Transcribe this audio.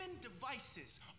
devices